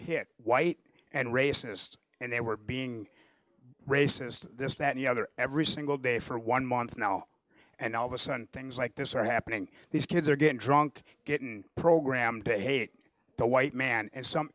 hit white and racist and they were being racist just that the other every single day for one month now and all of a sudden things like this are happening these kids are getting drunk getting programmed to hate the white man and some